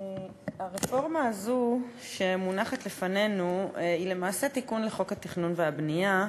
הרפורמה הזאת שמונחת בפנינו היא למעשה תיקון לחוק התכנון והבנייה.